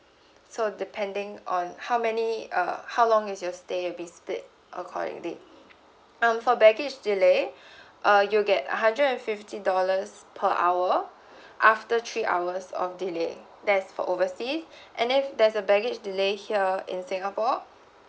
so depending on how many uh how long is your stay be split accordingly um for baggage delay uh you'll get a hundred and fifty dollars per hour after three hours of delay that's for oversea and then there's a baggage delay here in singapore